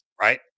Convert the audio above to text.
Right